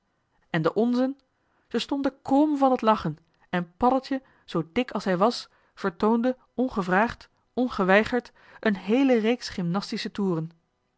en de onzen ze stonden krom van t lachen en paddeltje zoo dik als hij was vertoonde ongevraagd ongeweigerd een heele reeks gymnastische toeren